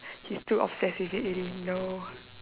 he's too obsessive if it didn't know